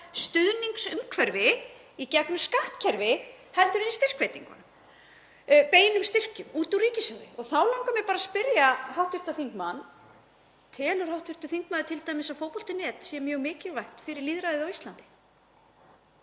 stuðningsumhverfi í gegnum skattkerfi heldur en í styrkveitingum, beinum styrkjum út úr ríkissjóði. Þá langar mig bara að spyrja hv. þingmann: Telur hv. þingmaður t.d. að Fótbolti.net sé mjög mikilvægur fyrir lýðræðið á Íslandi?